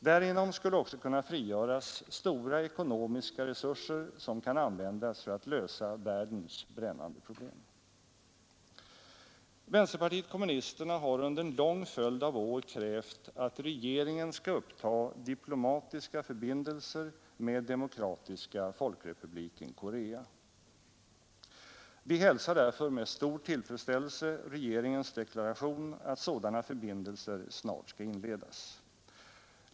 Därigenom skulle också kunna frigöras stora ekonomiska resurser som kan användas för att lösa världens brännande problem. Vänsterpartiet kommunisterna har under en lång följd av år krävt att regeringen skall uppta diplomatiska förbindelser med Demokratiska folkrepubliken Korea. Vi hälsar därför med stor tillfredsställelse regeringens deklaration att sådana förbindelser snart skall inledas.